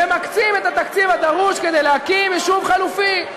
ומקצים את התקציב הדרוש כדי להקים יישוב חלופי.